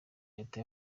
leta